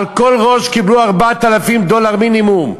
על כל ראש קיבלו 4,000 דולר מינימום,